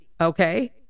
Okay